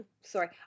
Sorry